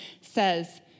says